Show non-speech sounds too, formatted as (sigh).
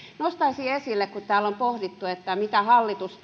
kun täällä on pohdittu mitä hallitus (unintelligible)